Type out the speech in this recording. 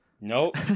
Nope